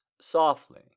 softly